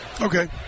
Okay